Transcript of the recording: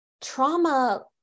trauma